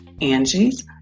Angie's